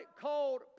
called